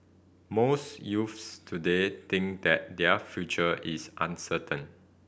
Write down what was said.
most youths today think that their future is uncertain